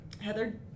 Heather